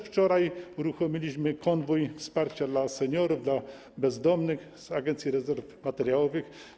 Wczoraj uruchomiliśmy również konwój wsparcia dla seniorów, dla bezdomnych - z Agencji Rezerw Materiałowych.